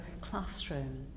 classroom